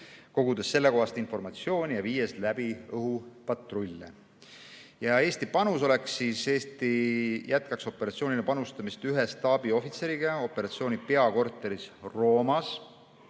kogudes sellekohast informatsiooni ja viies läbi õhupatrulle. Eesti panus oleks see, et Eesti jätkaks operatsioonile panustamist ühe staabiohvitseriga operatsiooni peakorteris Roomas.